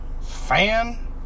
Fan